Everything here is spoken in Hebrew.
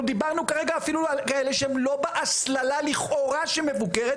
אנחנו דיברנו כרגע אפילו על אלה שהם לא בהסללה לכאורה שמבוקרת,